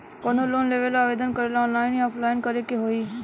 कवनो लोन लेवेंला आवेदन करेला आनलाइन या ऑफलाइन करे के होई?